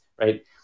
right